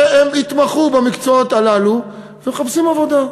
שהתמחו במקצועות הללו ומחפשים עבודה.